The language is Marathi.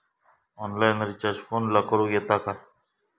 ऑनलाइन रिचार्ज फोनला करूक येता काय?